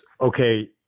okay